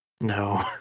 No